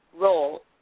role